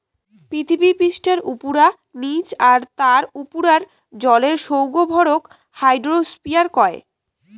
পিথীবি পিষ্ঠার উপুরা, নিচা আর তার উপুরার জলের সৌগ ভরক হাইড্রোস্ফিয়ার কয়